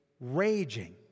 raging